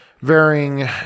varying